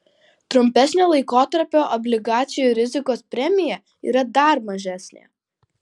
trumpesnio laikotarpio obligacijų rizikos premija yra dar mažesnė